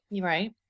Right